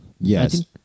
Yes